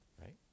right